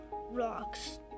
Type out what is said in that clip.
rocks